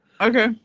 Okay